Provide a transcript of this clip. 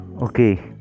okay